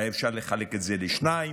היה אפשר לחלק את זה לשניים.